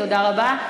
תודה רבה.